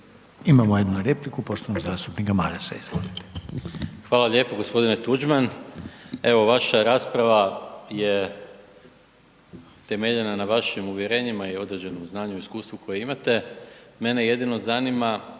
Imamo jednu repliku poštovanog zastupnika Marasa, izvolite. **Maras, Gordan (SDP)** Hvala lijepo g. Tuđman. Evo, vaša rasprava je temeljena na vašim uvjerenjima i određenom znanju i iskustvu koje imate. Mene jedino zanima